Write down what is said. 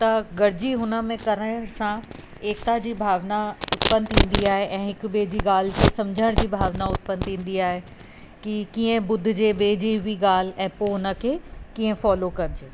त गॾिजी हुन में करण सां एकता जी भावना उत्पन्न थींदी आहे ऐं हिक ॿिए जी ॻाल्हि खे सम्झण जी भावना उत्पन्न थींदी आहे की कीअं ॿुधिजे ॿिए जी बि ॻाल्हि ऐं पोइ हुन खे कीअं फॉलो कजे